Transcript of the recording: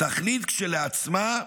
תכלית כשלעצמה,